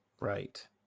Right